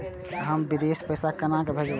हम विदेश पैसा केना भेजबे?